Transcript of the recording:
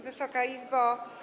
Wysoka Izbo!